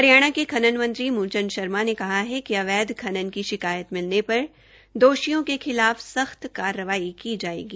हरियाणा के खनन मंत्री मूल चंद शर्मा ने कहा कि अवैध खनन की शिकायत मिलने पर दोषियों के खिलाफ सख्त कारवाई की जायगी